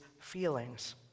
feelings